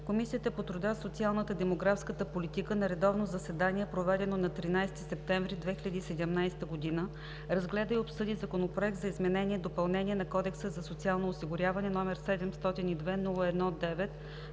Комисията по труда, социалната и демографската политика на редовно заседание, проведено на 13 септември 2017 г., разгледа и обсъди Законопроект за изменение и допълнение на Кодекса за социално осигуряване, № 702-01-9,